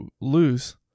lose